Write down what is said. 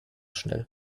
schnell